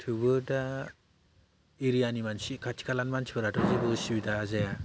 थेवबो दा एरियानि मानसि खाथि खालानि मानसिफोराथ' जेबो असुबिदा जाया